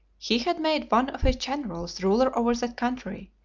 he had made one of his generals ruler over that country,